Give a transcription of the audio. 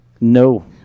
No